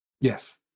Yes